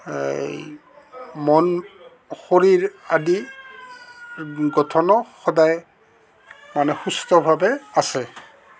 এই মন শৰীৰ আদি গঠন সদায় মানে সুস্থভাৱে আছে